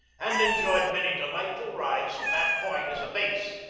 and enjoyed many delightful rides from that point as a base,